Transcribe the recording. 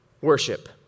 Worship